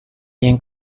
yang